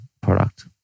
product